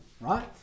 right